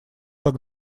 так